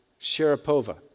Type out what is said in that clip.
Sharapova